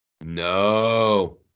No